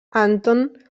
anton